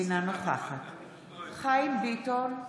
אינה נוכחת חיים ביטון,